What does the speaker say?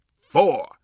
four